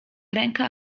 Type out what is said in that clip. ręka